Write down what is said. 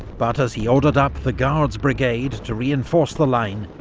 but as he ordered up the guards brigade to reinforce the line,